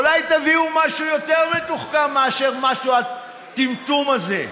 אולי תביאו משהו יותר מתוחכם מאשר הטמטום הזה.